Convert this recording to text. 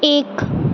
ایک